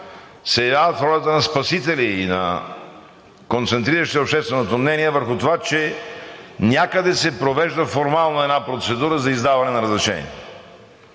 се явяват в ролята на спасители, концентриращи общественото мнение върху това, че някъде се провежда формално една процедура за издаване на разрешения.